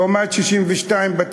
לעומת 62 בתי-חולים.